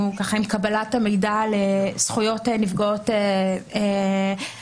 עם קבלת המידע על זכויות נפגעות עבירה,